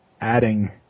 adding